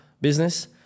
business